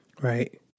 Right